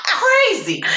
crazy